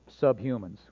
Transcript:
subhumans